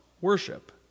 worship